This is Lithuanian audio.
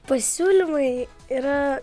pasiūlymai yra